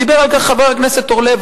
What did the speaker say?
דיבר על כך חבר הכנסת אורלב,